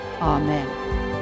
amen